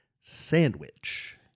SANDWICH